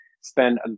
spend